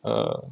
err